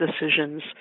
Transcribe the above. decisions